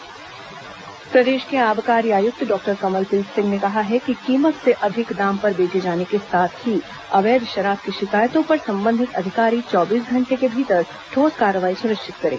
आबाकारी समीक्षा बैठक प्रदेश के आबकारी आयुक्त डॉक्टर कमलप्रीत सिंह ने कहा है कि कीमत से अधिक दाम पर बेचे जाने के साथ ही और अवैध शराब की शिकायतों पर संबंधित अधिकारी चौबीस घंटे के भीतर ठोस कार्रवाई सुनिश्चित करें